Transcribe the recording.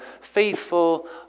faithful